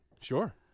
sure